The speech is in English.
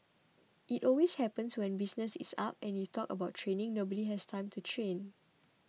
it always happens when business is up and you talk about training nobody has time to train